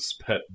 pet